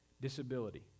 disability